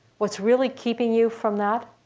what's really keeping you from that?